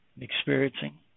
experiencing